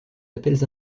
appels